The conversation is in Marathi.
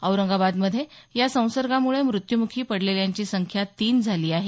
औरंगाबादमधे या संसर्गामुळे मृत्यूमुखी पडलेल्यांची संख्या तीन झाली आहे